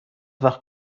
وقت